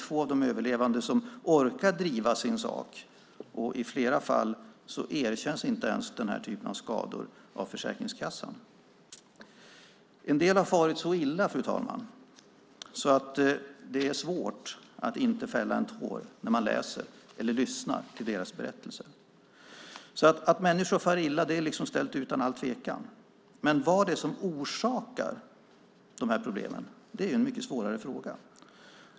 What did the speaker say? Få av de överlevande orkar driva sin sak. I flera fall erkänns inte ens den här typen av skador av Försäkringskassan. En del av de här personerna har farit så illa, fru talman, att det är svårt att inte fälla en tår när man läser eller lyssnar till deras berättelser. Det är alltså ställt utom allt tvivel att människor far illa. Men vad det är som orsakar problemen är en mycket svårare fråga.